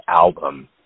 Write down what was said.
album